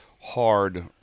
hard